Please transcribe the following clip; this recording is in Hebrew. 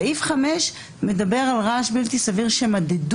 לעומת זאת, סעיף 5 מדבר על רעש בלתי סביר שמדדו.